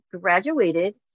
graduated